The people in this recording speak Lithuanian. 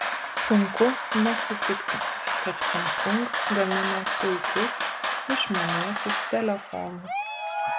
sunku nesutikti kad samsung gamina puikius išmaniuosius telefonus